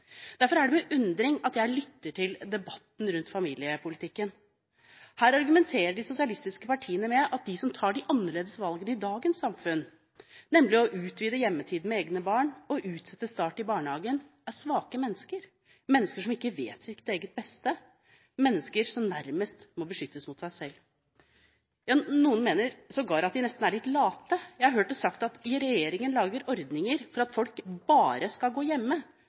Derfor er det med undring at jeg lytter til debatten rundt familiepolitikken. Her argumenterer de sosialistiske partiene med at de som tar de annerledes valgene i dagens samfunn, nemlig å utvide hjemmetiden med egne barn og utsette start i barnehagen, er svake mennesker – mennesker som ikke vet sitt eget beste, mennesker som nærmest må beskyttes mot seg selv. Ja, noen mener sågar at de nesten er litt late. Jeg har hørt sagt at regjeringen lager ordninger for at folk bare skal gå hjemme